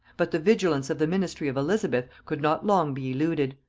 but the vigilance of the ministry of elizabeth could not long be eluded.